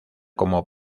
como